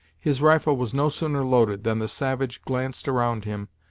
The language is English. his rifle was no sooner loaded, than the savage glanced around him,